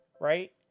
right